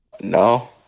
No